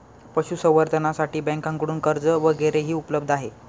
पशुसंवर्धनासाठी बँकांकडून कर्ज वगैरेही उपलब्ध आहे